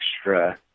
extra